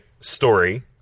story